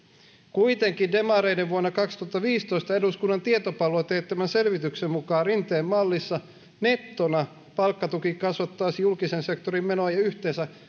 kuitenkin demareiden vuonna kaksituhattaviisitoista eduskunnan tietopalvelulla teettämän selvityksen mukaan rinteen mallissa nettona palkkatuki kasvattaisi julkisen sektorin menoja yhteensä